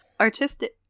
Artistic